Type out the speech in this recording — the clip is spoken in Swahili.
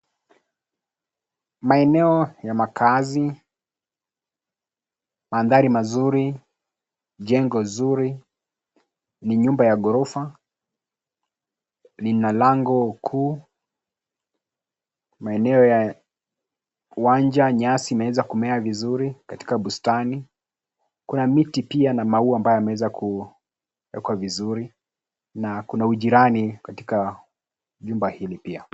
Maeneo ya makaazi, mandhari mazuri, jengo zuri. Ni nyumba ya ghorofa. Lina lango kuu. Maeneo ya uwanja nyasi imeweza kumea vizuri katika bustani. Kuna miti pia na maua ambayo yameweza kuwekwa vizuri, na kuna ujirani katika nyumba hii pia.